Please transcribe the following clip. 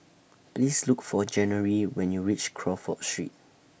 Please Look For January when YOU REACH Crawford Street